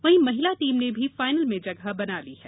वहीं महिला टीम ने भी फाइनल में जगह बना ली है